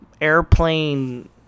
airplane